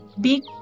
big